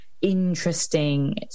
interesting